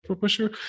pusher